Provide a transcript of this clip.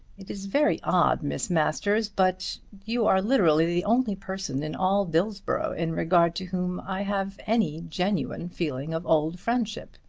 it is very odd, miss masters, but you are literally the only person in all dillsborough in regard to whom i have any genuine feeling of old friendship.